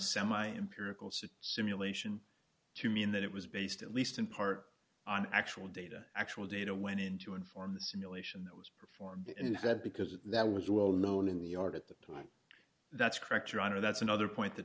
semi empirical such simulation to mean that it was based at least in part on actual data actual data went in to inform the simulation that was performed instead because that was well known in the art at the time that's correct your honor that's another point th